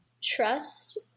trust